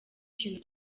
kintu